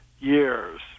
years